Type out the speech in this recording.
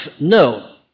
No